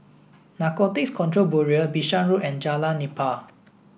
Narcotics Control Bureau Bishan Road and Jalan Nipah